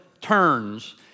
turns